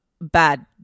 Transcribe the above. bad